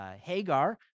Hagar